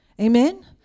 Amen